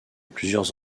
plusieurs